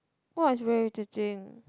what is very irritating